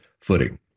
footing